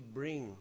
bring